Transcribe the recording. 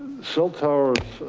cell tower,